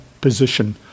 position